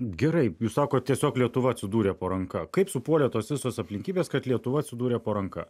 gerai jūs sakot tiesiog lietuva atsidūrė po ranka kaip supuolė tos visos aplinkybės kad lietuva atsidūrė po ranka